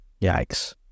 Yikes